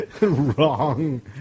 Wrong